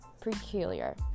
peculiar